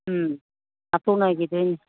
ꯎꯝ ꯂꯥꯞꯊꯣꯛꯅꯈꯤꯗꯣꯏꯅꯤ